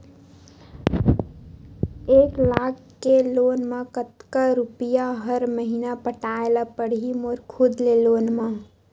एक लाख के लोन मा कतका रुपिया हर महीना पटाय ला पढ़ही मोर खुद ले लोन मा?